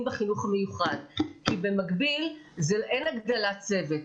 בחינוך המיוחד כי במקביל אין הגדלת צוות.